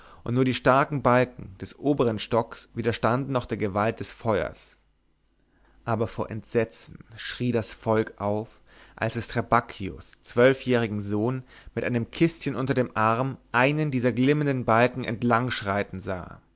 und nur die starken balken des obern stocks widerstanden noch der gewalt des feuers aber vor entsetzen schrie das volk auf als es trabacchios zwölfjährigen sohn mit einem kistchen unter dem arm einen dieser glimmenden balken entlang schreiten sah